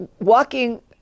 Walking